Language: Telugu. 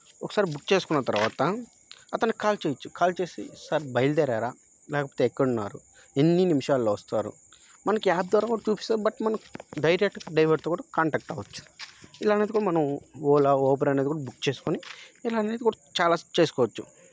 ఒకసారి బుక్ చేసుకున్న తర్వాత అతనికి కాల్ చేయొచ్చు కాల్ చేసి సార్ బయలుదేరారా లేకపోతే ఎక్కడున్నారు ఎన్ని నిమిషాల్లో వస్తారు మనకి యాప్ ద్వారా కూడా చూపిస్తారు బట్ మనం డైరెక్ట్గా డ్రైవర్తో కూడా కాంటాక్ట్ అవ్వొచ్చు ఇలానేది కూడా మనం ఓలా ఓబర్ అనేది కూడా బుక్ చేసుకోని ఇలా అనేది కూడా చాలా చేసుకోవచ్చు